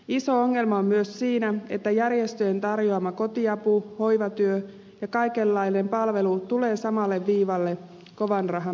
iso ongelma on myös siinä että järjestöjen tarjoama kotiapu hoivatyö ja kaikenlainen palvelu tulee samalle viivalle kovanrahan bisneksen kanssa